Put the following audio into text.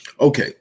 Okay